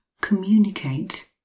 communicate